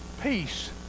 Peace